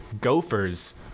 gophers